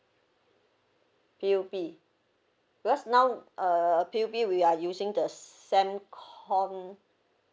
P_U_B because now P_U_B we are using the Sembcorp